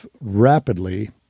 rapidly